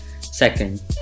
Second